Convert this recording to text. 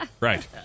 Right